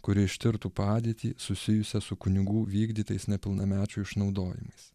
kuri ištirtų padėtį susijusią su kunigų vykdytais nepilnamečių išnaudojimais